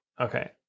okay